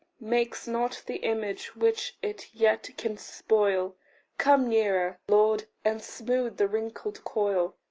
makes not the image which it yet can spoil come nearer, lord, and smooth the wrinkled coil.